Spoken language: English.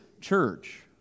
church